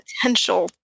potential